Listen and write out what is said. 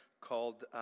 called